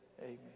Amen